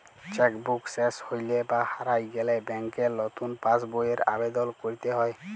cheque book শেস হৈলে বা হারায় গেলে ব্যাংকে লতুন পাস বইয়ের আবেদল কইরতে হ্যয়